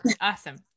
Awesome